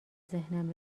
ذهنم